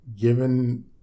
Given